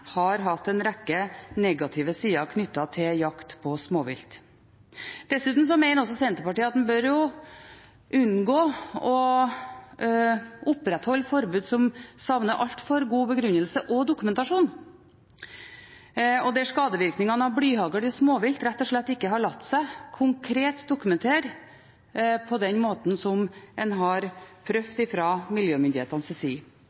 har hatt en rekke negative sider knyttet til jakt på småvilt. Dessuten mener Senterpartiet at en bør unngå å opprettholde forbud som savner altfor god begrunnelse og dokumentasjon. Skadevirkningene av blyhagl i småvilt har rett og slett ikke latt seg konkret dokumentere på den måten som en har prøvd fra miljømyndighetenes side.